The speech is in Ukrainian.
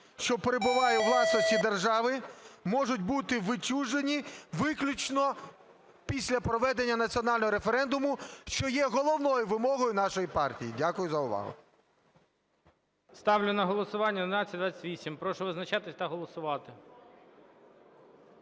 що перебуває у власності держави, може бути відчужена виключно після проведення національного референдуму, що є головною вимогою нашої партії". Дякую за увагу. ГОЛОВУЮЧИЙ. Ставлю на голосування 1128. Прошу визначатися та голосувати.